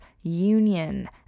union